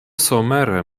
somere